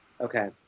Okay